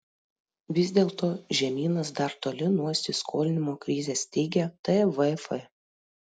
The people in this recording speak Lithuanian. vis dėlto žemynas dar toli nuo įsiskolinimo krizės teigia tvf